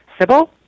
Sybil